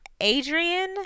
Adrian